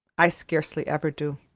i scarcely ever do.